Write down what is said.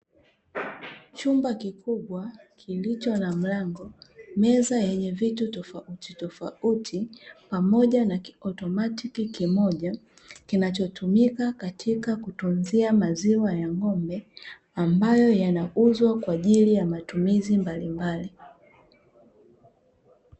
Chumba kikubwa kilicho na mlango, meza yenye vitu tofauti tofauti pamoja na kiautomatiki kimoja, kinachotumika katika kutunzia maziwa ya ng'ombe, ambayo yanauzwa kwa ajili ya matumizi mbalimbali.